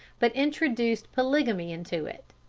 but introduced polygamy into it.